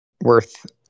worth